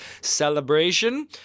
celebration